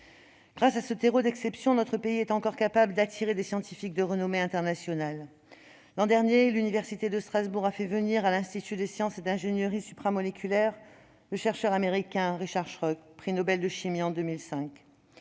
Grâce à ce terreau d'exception, notre pays est encore capable d'attirer des scientifiques de renommée internationale. L'an dernier, l'Université de Strasbourg a fait venir à l'Institut de sciences et d'ingénierie supramoléculaires le chercheur américain Richard Schrock, prix Nobel de chimie en 2005.